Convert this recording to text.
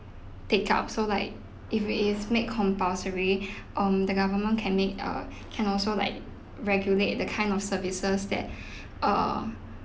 take out so like if it is make compulsory um the government can make err can also like regulate the kind of services that err